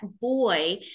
boy